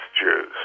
Jews